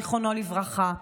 זיכרונו לברכה.